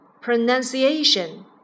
pronunciation